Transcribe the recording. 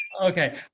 Okay